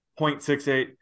0.68